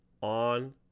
on